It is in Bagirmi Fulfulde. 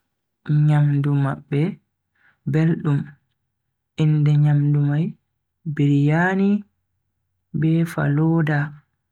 Nyamdu mabbe beldum, inde nyamdu mai biryani be falooda.